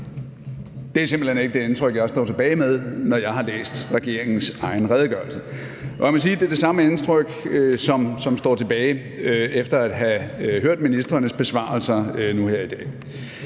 Det er simpelt hen ikke det indtryk, jeg står tilbage med, når jeg har læst regeringens egen redegørelse. Og man kan sige, at det er det samme indtryk, jeg nu står tilbage med, efter at have hørt ministrenes besvarelser her i dag.